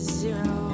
zero